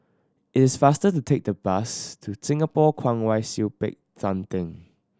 it is faster to take the bus to Singapore Kwong Wai Siew Peck San Theng